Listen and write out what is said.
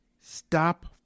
stop